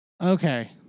okay